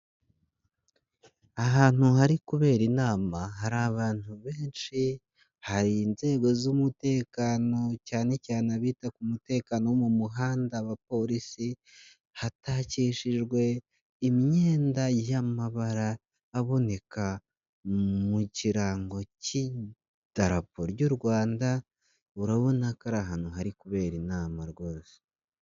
Ahantu hari kubera inama hari abantu benshi, hari inzego z'umutekano cyane cyane abita ku mutekano wo mu muhanda abapolisi, hatakishijwe imyenda y'amabara aboneka mu kirango cy'idarapo ry'u Rwanda, urabona ko ari ahantu hari kubera inama rwose.